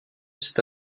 cette